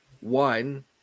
one